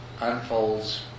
unfolds